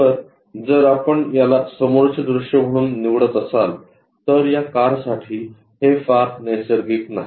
तर जर आपण याला समोरचे दृश्य म्हणून निवडत असाल तर या कारसाठी हे फार नैसर्गिक नाही